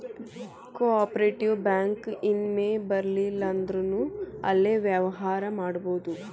ಕೊ operative bank ಇನ್ ಮೆಂಬರಿರ್ಲಿಲ್ಲಂದ್ರುನೂ ಅಲ್ಲೆ ವ್ಯವ್ಹಾರಾ ಮಾಡ್ಬೊದು